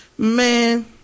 Man